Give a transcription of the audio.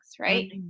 Right